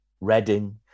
Reading